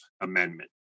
Amendment